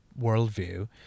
worldview